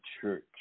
church